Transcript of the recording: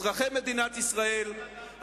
אזרחי מדינת ישראל,